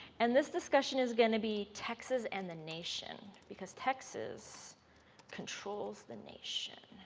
and this discussion is going to be texas and the nation because texas controls the nation.